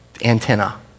antenna